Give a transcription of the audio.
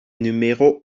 numéros